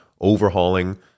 overhauling